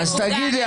אז תגיד לי,